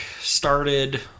started